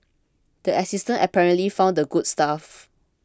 the assistant apparently found the good stuff